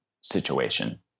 situation